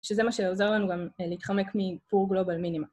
שזה מה שעוזר לנו גם להתחמק מפור גלובל מיני.